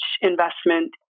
investment